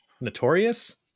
notorious